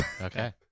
Okay